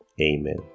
amen